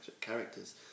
characters